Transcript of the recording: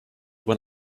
when